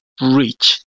reach